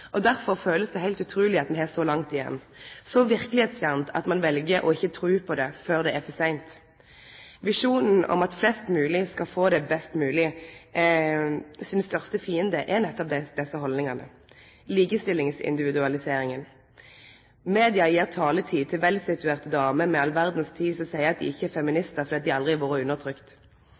Derfor føler ein at det er heilt utruleg at me har så langt igjen – det er så uverkeleg at ein vel å ikkje tru på det før det er for seint. Visjonen om at flest mogleg skal få det best mogleg sin største fiende er nettopp desse haldningane – likestillingsindividualiseringa. Media gjev taletid til velsituerte damer med all verdas tid, som seier at dei ikkje er feministar fordi dei aldri har vore